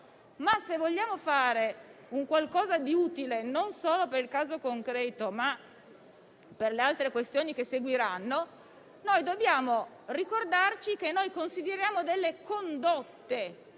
ma se vogliamo fare un qualcosa di utile, non solo per il caso concreto, ma per le altre questioni che seguiranno, noi dobbiamo ricordare che consideriamo delle condotte,